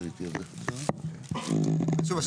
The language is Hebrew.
שוב,